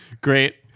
Great